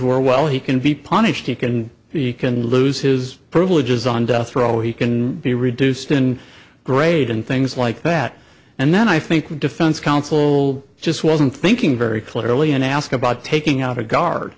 were well he can be punished he can he can lose his privileges on death row he can be reduced in grade and things like that and then i think defense counsel just wasn't thinking very clearly and ask about taking out a guard